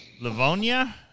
Livonia